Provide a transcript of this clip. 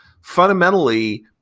fundamentally –